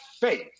faith